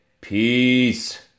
Peace